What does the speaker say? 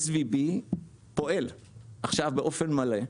כרגע SVB פועל באופן מלא,